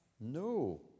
No